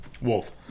Wolf